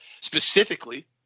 specifically